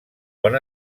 bon